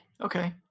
Okay